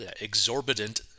exorbitant